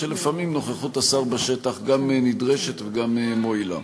שלפעמים נוכחות השר בשטח גם נדרשת וגם מועילה.